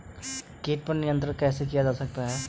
कीट पर नियंत्रण कैसे किया जा सकता है?